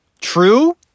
true